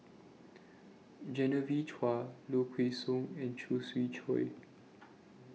Genevieve Chua Low Kway Song and Khoo Swee Chiow